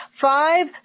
five